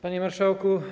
Panie Marszałku!